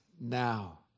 now